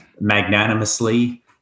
magnanimously